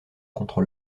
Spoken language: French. contre